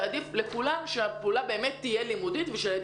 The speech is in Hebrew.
ועדיף לכולם שהפעולה באמת תהיה לימודית ושהילדים